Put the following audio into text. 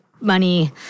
money